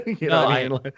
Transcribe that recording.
No